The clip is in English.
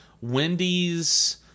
wendy's